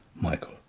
Michael